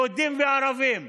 יהודים וערבים,